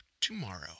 tomorrow